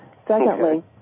Secondly